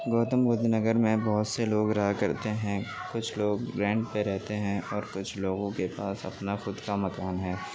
گوتم بدھ نگر میں بہت سے لوگ رہا کرتے ہیں کچھ لوگ رینٹ پہ رہتے ہیں اور کچھ لوگوں کے پاس اپنا خود کا مکان ہے